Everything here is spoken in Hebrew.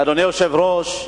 אדוני היושב-ראש,